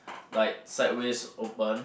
like sideways open